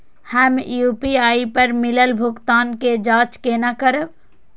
हम यू.पी.आई पर मिलल भुगतान के जाँच केना करब?